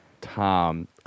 Tom